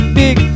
big